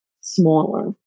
smaller